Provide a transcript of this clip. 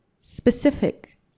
specific